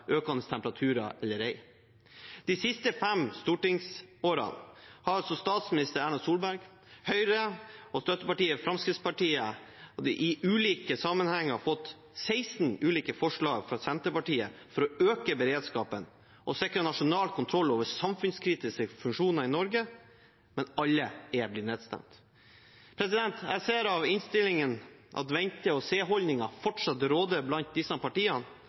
økende temperaturer eller ikke. De siste fem stortingsårene har statsminister Erna Solberg, Høyre, støttepartiet Fremskrittspartiet og de andre regjeringspartnerne i ulike sammenhenger fått 16 forskjellige forslag fra Senterpartiet for å øke beredskapen og sikre nasjonal kontroll over samfunnskritiske funksjoner i Norge, men alle er blitt nedstemt. Jeg ser av innstillingen at vente-og-se-holdningen fortsatt råder blant disse partiene.